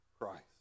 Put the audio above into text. Christ